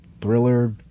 thriller